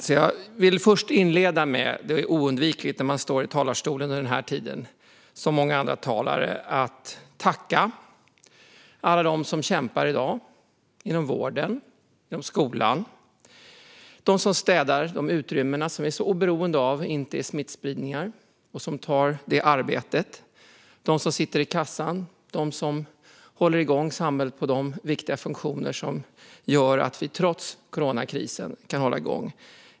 Låt mig inleda med det som är oundvikligt när man står i talarstolen under den här tiden, nämligen att som många andra talare tacka alla dem som kämpar i dag inom vården och skolan, dem som städar de utrymmen som nödvändigt måste vara smittfria, dem som sitter i kassan och dem som upprätthåller samhällsviktiga funktioner som gör att vi trots coronakrisen kan hålla igång.